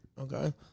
Okay